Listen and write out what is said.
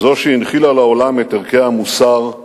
זאת שהנחילה לעולם את ערכי המוסר,